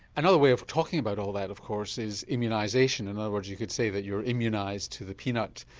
another way of talking about all that of course is immunisation, in other words you could say that you're immunised to the peanut,